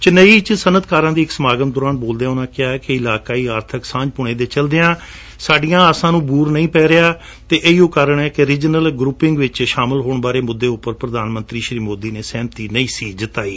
ਚੇਨੰਈ ਵਿੱਚ ਸਨਅਤਕਾਰਾਂ ਦੇ ਇੱਕ ਸਮਾਗਮ ਦੌਰਾਨ ਬੋਲਦਿਆਂ ਉਨ੍ਹਾਂ ਕਿਹਾ ਕਿ ਇਲਾਕਾਈ ਆਰਬਕ ਸਾਂਝ ਪੁਣੇ ਦੇ ਚਲਦਿਆਂ ਸਾਡੀਆਂ ਆਸਾਂ ਨੂੰ ਬੂਰ ਨਹੀ ਪੈ ਰਿਹਾ ਅਤੇ ਇਹੋ ਕਾਰਣ ਹੈ ਕਿ ਰੀਜਨਲ ਗਰੁੱਪ ਵਿਚ ਸ਼ਾਮਲ ਹੋਣ ਬਾਰੇ ਮੁੱਦੇ ਉਂਪਰ ਪ੍ਰਧਾਨ ਮੰਤਰੀ ਸ਼੍ਰੀ ਮੋਦੀ ਨੇ ਸਹਿਮਤੀ ਨਹੀ ਸੀ ਜਤਾਈ